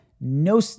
no